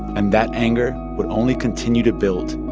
and that anger would only continue to build.